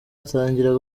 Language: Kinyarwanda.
atangira